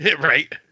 Right